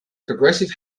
progressive